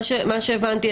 מה שהבנתי,